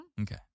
Okay